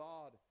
God